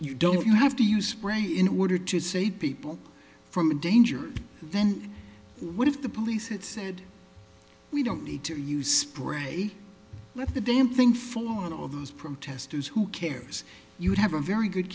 you don't you have to use rank in order to save people from a danger then what if the police it said we don't need to use spray let the damn thing fall on all those protesters who cares you'd have a very good